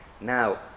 Now